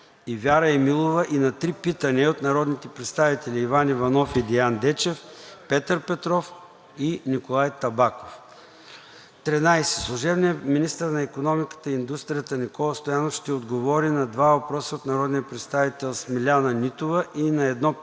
Вяра Емилова и на три питания от народните представители Иван Иванов и Деян Дечев; Петър Петров; и Николай Табаков. 13. Служебният министър на икономиката и индустрията Никола Стоянов ще отговори на два въпроса от народния представител Смиляна Нитова и на едно питане